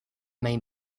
main